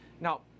Now